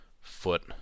foot